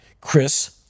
Chris